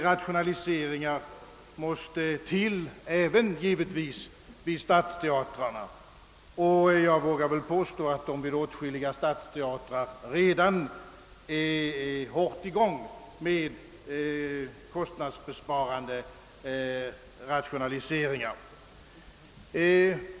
Rationaliseringar måste givetvis även vidtas vid stadsteatrarna. Jag vågar väl påstå, att åtskilliga stadsteatrar redan inlett hårt kostnadsbesparande rationaliseringar.